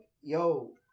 yo